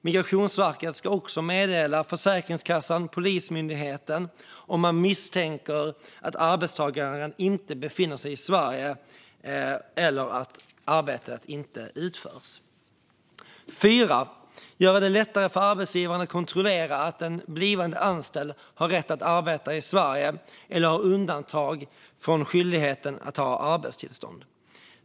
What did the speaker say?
Migrationsverket ska också meddela Försäkringskassan och Polismyndigheten om man misstänker att arbetstagaren inte befinner sig i Sverige eller att arbetet inte utförts. Göra det lättare för arbetsgivaren att kontrollera att den blivande anställde har rätt att arbeta i Sverige eller har undantag från skyldigheten att ha arbetstillstånd.